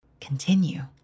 Continue